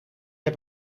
heb